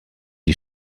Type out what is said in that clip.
die